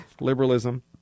liberalism